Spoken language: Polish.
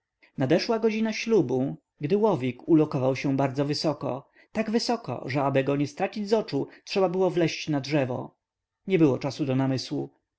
nadeszła godzina ślubu gdy łowik ulokował się bardzo wysoko tak wysoko że aby go nie stracić z oczu trzeba było wleźć na drzewo nie było czasu do namysłu